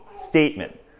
statement